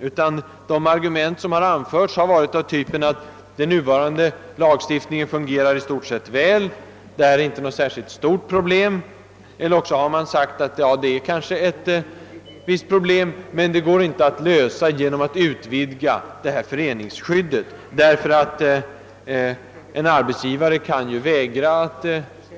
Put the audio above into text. De framförda argumenten har gått ut på att den nuvarande lagstiftningen i stort sett fungerar väl och att det inte rör sig om något särskilt stort problem. Man har också sagt att det kanske utgör ett visst problem men att det inte är möjligt att lösa det genom utvidgning av föreningsskyddet. En arbetsgivare kan ju vägra